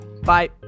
bye